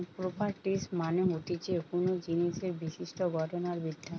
properties মানে হতিছে কোনো জিনিসের বিশিষ্ট গঠন আর বিদ্যা